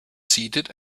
seated